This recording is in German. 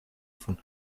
von